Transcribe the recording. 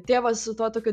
tėvas su tuo tokiu